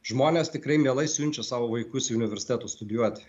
žmonės tikrai mielai siunčia savo vaikus į universitetus studijuoti